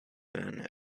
been